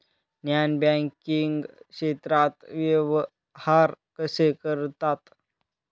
Non banking क्षेत्रात व्यवहार कसे करतात?